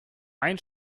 ein